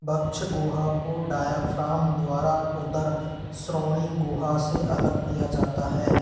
वक्ष गुहा को डायाफ्राम द्वारा उदर श्रोणि गुहा से अलग किया जाता है